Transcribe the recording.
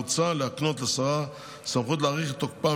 מוצע להקנות לשרה סמכות להאריך את תוקפם